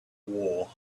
war